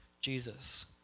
Jesus